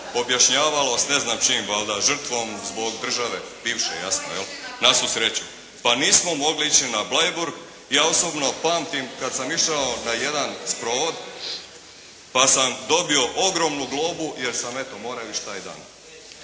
objašnjavalo, s ne znam čim, valjda žrtvom zbog države, bivše jasno, jel. Na svu sreću. Pa nismo mogli ići na Bleiburg. Ja osobno pamtim kad sam išao na jedan sprovod, pa sam dobio ogromnu globu jer sam, eto morao ići taj dan.